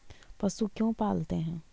पशु क्यों पालते हैं?